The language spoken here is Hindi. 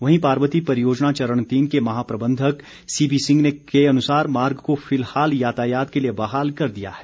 वहीं पार्वती परियोजना चरण तीन के महाप्रबंधक सीबी सिंह के अनुसार मार्ग को फिलहाल यातायात के लिए बहाल कर दिया गया है